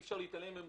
אי אפשר להתעלם מהם,